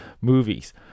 movies